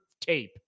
tape